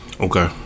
Okay